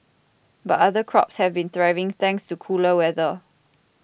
but other crops have been thriving thanks to cooler weather